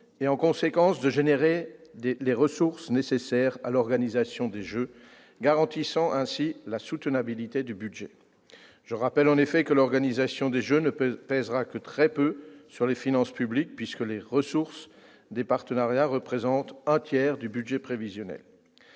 et, en conséquence, de générer les ressources nécessaires à l'organisation des Jeux, garantissant ainsi la soutenabilité du budget. Je rappelle en effet que l'organisation des Jeux ne pèsera que très peu sur les finances publiques, puisque les ressources des partenariats représentent un tiers du budget prévisionnel.